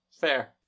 fair